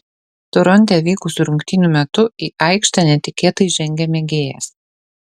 toronte vykusių rungtynių metu į aikštę netikėtai žengė mėgėjas